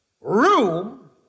room